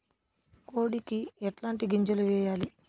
కోడికి ఎట్లాంటి గింజలు వేయాలి?